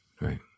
right